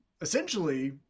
essentially